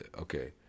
Okay